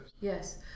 Yes